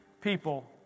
people